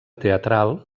teatral